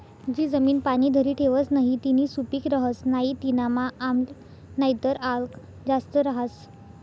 जी जमीन पाणी धरी ठेवस नही तीनी सुपीक रहस नाही तीनामा आम्ल नाहीतर आल्क जास्त रहास